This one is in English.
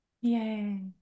Yay